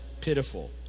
pitiful